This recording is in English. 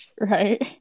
Right